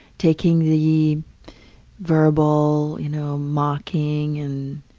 taking the verbal, you know mocking and